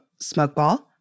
Smokeball